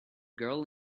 girl